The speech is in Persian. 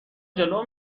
جلو